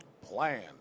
Plan